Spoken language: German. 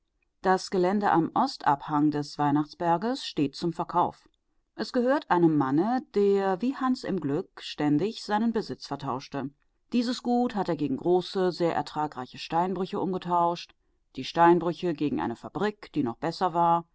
das gelände am ostabhang des weihnachtsberges steht zum verkauf es gehört einem manne der wie hans im glück ständig seinen besitz vertauschte dieses gut hat er gegen große sehr ertragreiche steinbrüche umgetauscht die steinbrüche gegen eine fabrik die noch besser war